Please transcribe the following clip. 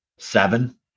seven